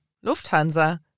Lufthansa